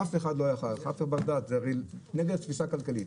זה הרי נגד התפיסה הכלכלית.